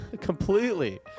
completely